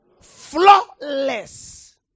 flawless